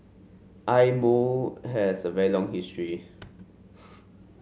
eye Mo has a very long history